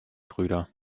brüder